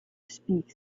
speak